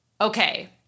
okay